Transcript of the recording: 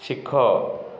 ଶିଖ